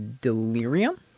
Delirium